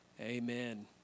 Amen